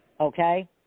okay